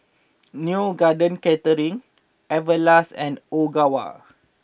Neo Garden Catering Everlast and Ogawa